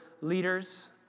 leaders